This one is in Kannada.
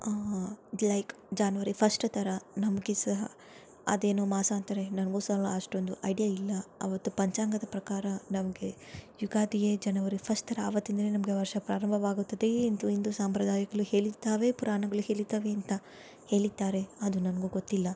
ಲೈಕ್ ಜಾನ್ವರಿ ಫಶ್ಟ್ ಥರ ನಮಗೆ ಸಹ ಅದೇನೋ ಮಾಸ ಅಂತಾರೆ ನನ್ಗೂ ಸಾಲ ಅಷ್ಟೊಂದು ಐಡ್ಯಾ ಇಲ್ಲ ಅವತ್ತು ಪಂಚಾಗದ ಪ್ರಕಾರ ನಮಗೆ ಯುಗಾದಿಯೇ ಜನವರಿ ಫಶ್ಟ್ ಥರ ಆವತ್ತಿಂದಲೇ ನಮಗೆ ವರ್ಷ ಪ್ರಾರಂಭವಾಗುತ್ತದೆಯೇ ಎಂದು ಹಿಂದು ಸಾಂಪ್ರದಾಯಗ್ಳು ಹೇಳಿರ್ತಾವೆ ಪುರಾಣಗಳು ಹೇಳಿದ್ದಾವೆ ಅಂತ ಹೇಳಿದ್ದಾರೆ ಅದು ನನಗೂ ಗೊತ್ತಿಲ್ಲ